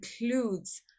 includes